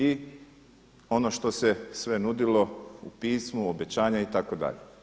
I ono što se sve nudilo u pismu obećanja itd.